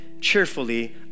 cheerfully